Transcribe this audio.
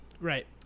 Right